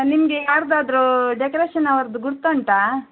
ನಿಮಗೆ ಯಾರದ್ದಾದ್ರೂ ಡೆಕೊರೇಶನ್ ಅವ್ರದ್ದು ಗುರುತುಂಟಾ